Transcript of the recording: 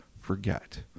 forget